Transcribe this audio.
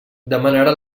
demanarà